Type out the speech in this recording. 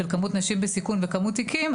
של כמות נשים בסיכון וכמות תיקים,